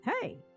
hey